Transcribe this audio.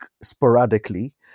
sporadically